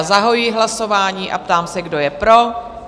Zahajuji hlasování a ptám se, kdo je pro?